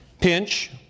pinch